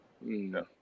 No